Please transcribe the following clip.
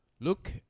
Look